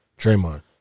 Draymond